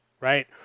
right